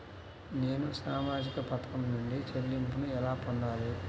నేను సామాజిక పథకం నుండి చెల్లింపును ఎలా పొందాలి?